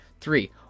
Three